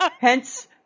Hence